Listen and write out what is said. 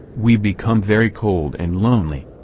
we become very cold and lonely.